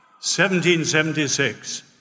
1776